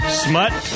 smut